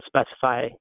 specify